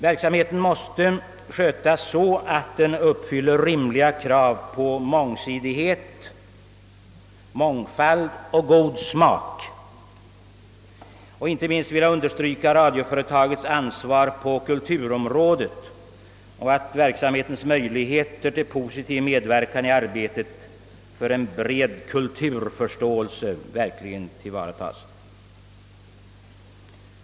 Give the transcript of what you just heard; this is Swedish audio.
Verksamheten måste skötas så att den uppfyller rimliga krav på mångsidighet, mångfald och god smak. Jag vill inte minst understryka radioföretagets ansvar på kulturområdet — att verksamhetens möjligheter till positiv medverkan i arbetet för en bred kulturförståelse verkligen tillvaratas.